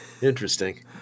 Interesting